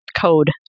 code